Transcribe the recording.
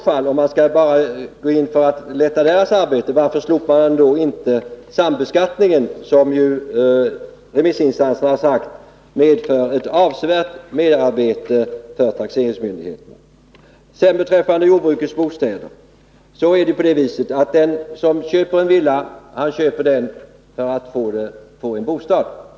Men om man bara skall gå in för att underlätta deras arbete, varför skall då inte sambeskattningen slopas? Remissinstanserna har ju framhållit att den medför ett avsevärt merarbete för taxeringsmyndigheterna. Beträffande jordbruksbostäderna vill jag säga följande. Det är fullt klart att den som köper en villa gör det i syfte att skaffa sig en bostad.